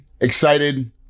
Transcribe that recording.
Excited